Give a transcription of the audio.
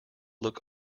look